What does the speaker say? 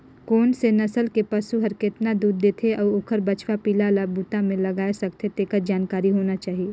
कोन से नसल के पसु हर केतना दूद देथे अउ ओखर बछवा पिला ल बूता में लगाय सकथें, तेखर जानकारी होना चाही